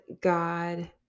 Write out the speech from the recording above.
God